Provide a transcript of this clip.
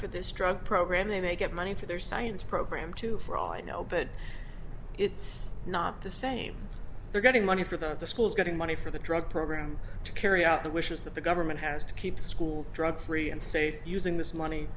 for this drug program they may get money for their science program too for all i know but it's not the same they're getting money for the schools getting money for the drug program to carry out the wishes that the government has to keep the school drug free and safe using this money